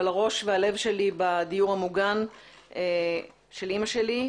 הראש והלב שלי בדיור המוגן של אימא שלי.